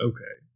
Okay